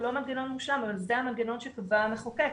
הוא לא מנגנון מושלם אבל זה המנגנון שקבע המחוקק.